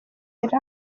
rev